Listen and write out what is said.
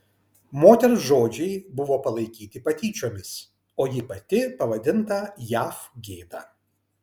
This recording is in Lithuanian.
moters žodžiai buvo palaikyti patyčiomis o ji pati pavadinta jav gėda